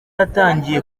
yatangiye